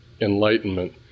enlightenment